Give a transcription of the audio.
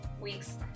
week's